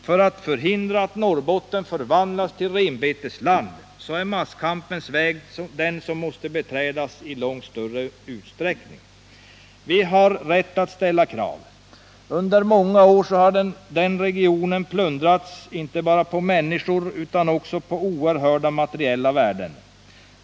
För att förhindra att Norrbotten förvandlas till renbetesland måste masskampens väg beträdas i långt större utsträckning. Vi har rätt att ställa krav. Under många år har regionen plundrats, inte bara på människor utan också på oerhörda materiella värden.